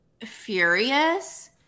furious